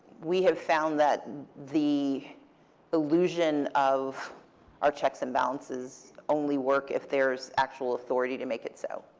we have found that the illusion of our checks and balances only work if there is actual authority to make it so.